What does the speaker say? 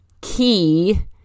key